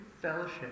fellowship